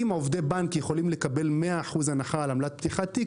אם עובדי בנק יכולים לקבל מאה אחוז הנחה על עמלת פתיחת תיק,